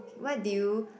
what did you